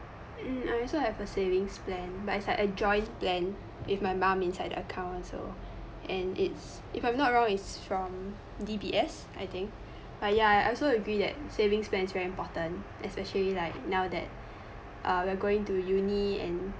mm I also have a savings plan but is like a joint plan with my mum inside the account also and it's if i'm not wrong is from D_B_S I think but ya I also agree that savings plan is very important especially like now that uh we're going to uni and